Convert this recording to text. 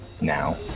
now